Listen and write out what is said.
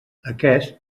aquest